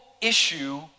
issue